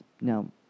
Now